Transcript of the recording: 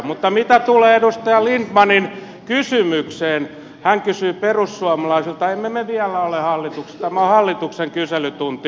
mutta mitä tulee edustaja lindtmanin kysymykseen hän kysyi perussuomalaisilta emme me vielä ole hallituksessa tämä on hallituksen kyselytunti